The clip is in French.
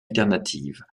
alternatives